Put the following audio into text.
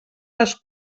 les